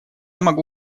могу